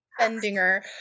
Bendinger